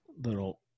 little